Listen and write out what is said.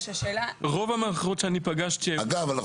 אגב,